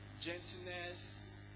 gentleness